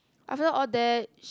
after all that